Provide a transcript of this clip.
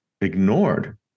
Ignored